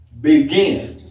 begin